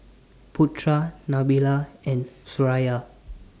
Putra Nabila and Suraya